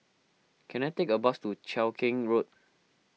can I take a bus to Cheow Keng Road